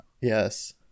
Yes